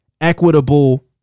equitable